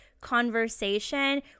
conversation